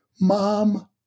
Mom